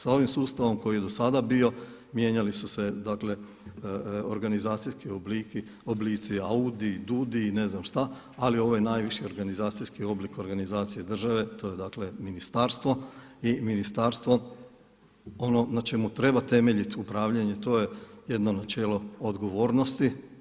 Sa ovim sustavom koji je do sada bio, mijenjali su se organizacijski oblici AUDI, DUUDI i ne znam šta, ali ovo je najviši organizacijski oblik organizacije države, to je dakle ministarstvo i ministarstvo ono na čemu treba temeljiti upravljanje to je jedno načelo odgovornosti.